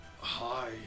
Hi